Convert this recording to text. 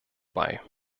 bei